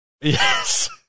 Yes